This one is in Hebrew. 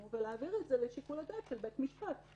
ולהעביר את זה לשיקול הדעת של בית משפט.